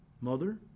mother